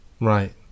right